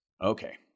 Okay